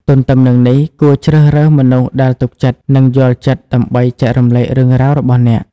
ទទ្ទឹមនឹងនេះ គួរជ្រើសរើសមនុស្សដែលទុកចិត្ត និងយល់ចិត្តដើម្បីចែករំលែករឿងរ៉ាវរបស់អ្នក។